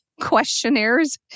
Questionnaires